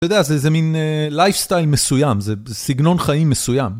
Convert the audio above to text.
אתה יודע, זה איזה מין לייפסטייל מסוים, זה סגנון חיים מסוים.